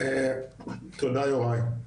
תודה יוראי.